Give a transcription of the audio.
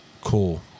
cool